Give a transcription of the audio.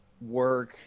Work